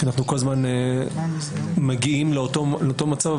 אנחנו כל הזמן מגיעים לאותו מצב,